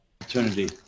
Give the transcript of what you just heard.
opportunity